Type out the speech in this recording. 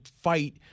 fight